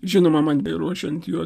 žinoma man beruošiant jo